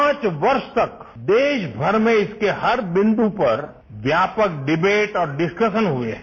पांच वर्ष तक देश भर में इसके हर बिन्दु पर व्यापक डिबेट और डिसक्शन हुए है